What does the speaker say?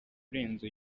urenze